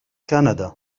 كندا